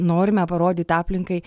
norime parodyt aplinkai